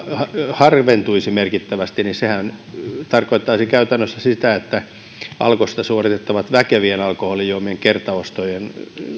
harventuisi merkittävästi sehän tarkoittaisi käytännössä sitä että alkosta suoritettavien väkevien alkoholijuomien kertaostojen